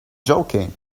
joking